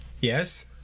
yes